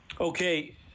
Okay